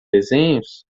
desenhos